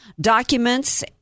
documents